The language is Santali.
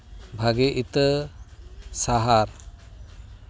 ᱵᱷᱟᱹᱜᱤ ᱤᱛᱟᱹ ᱥᱟᱦᱟᱨ